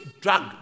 Drug